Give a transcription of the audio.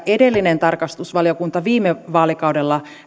edellinen tarkastusvaliokunta viime vaalikaudella